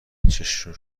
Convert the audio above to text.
چششون